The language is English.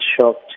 shocked